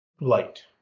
light